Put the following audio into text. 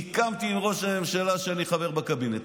סיכמתי עם ראש הממשלה שאני חבר בקבינט.